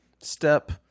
step